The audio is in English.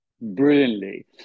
brilliantly